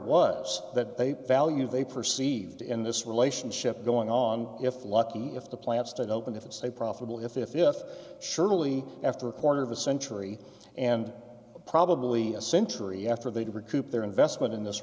was that they value they perceived in this relationship going on if lucky if the plant stood open if it's a profitable if if surely after a quarter of a century and probably a century after they'd recoup their investment in this